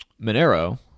Monero